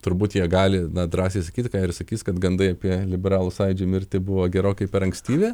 turbūt jie gali drąsiai sakyti ką ir sakys kad gandai apie liberalų sąjūdžio mirtį buvo gerokai per ankstyvi